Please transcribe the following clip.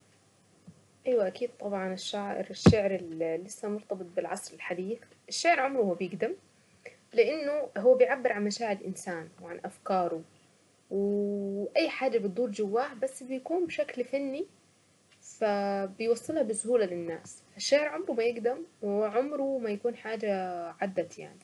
ايوه اكيد طبعا الشعر لسه مرتبط بالعصر الحديث الشعر عمره ما بيقدم لانه هو بيعبر عن مشاعر انسان، وعن افكاره اي حاجة بتدور جواه بس بيكون بشكل فني، فبيوصلها بسهولة للناس الشاعر عمره ما يقدم وعمره ما يكون حاجة عدت يعني.